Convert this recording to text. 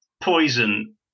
Poison